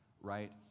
right